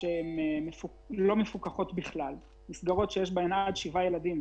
שהן מסגרות מוכרות עם סמל.